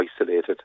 isolated